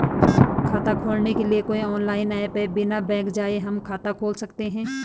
खाता खोलने के लिए कोई ऑनलाइन ऐप है बिना बैंक जाये हम खाता खोल सकते हैं?